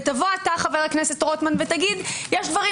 ותבוא אתה חבר הכנסת רוטמן ותגיד: יש דברים